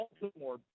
Baltimore